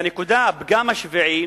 והפגם השביעי,